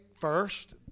first